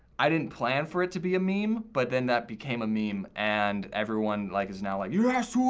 i didn't plan for it to be a meme, but then that became a meme and everyone like is now like, yeah so